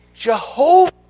Jehovah